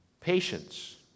Patience